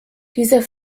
dieser